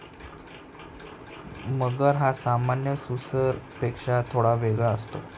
मगर हा सामान्य सुसरपेक्षा थोडा वेगळा असतो